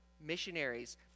missionaries